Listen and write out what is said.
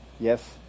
Yes